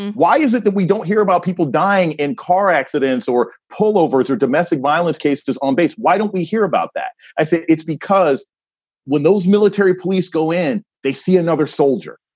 why is it that we don't hear about people dying in car accidents or pullovers or domestic violence cases on base? why don't we hear about that? i say it's because when those military police go in, they see another soldier,